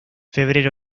febrero